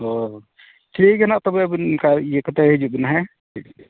ᱦᱮᱸ ᱴᱷᱤᱠ ᱜᱮᱭᱟ ᱦᱟᱸᱜ ᱛᱚᱵᱮ ᱵᱤᱱ ᱟᱹᱵᱤᱱ ᱚᱱᱠᱟ ᱤᱭᱟᱹ ᱠᱟᱛᱮᱫ ᱦᱤᱡᱩᱜ ᱵᱤᱱ ᱦᱮᱸ